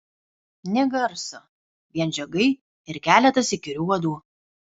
nė garso vien žiogai ir keletas įkyrių uodų